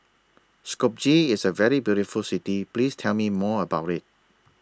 Skopje IS A very beautiful City Please Tell Me More about IT